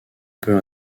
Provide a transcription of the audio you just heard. peut